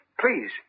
Please